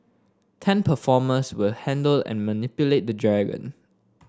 ten performers will handle and manipulate the dragon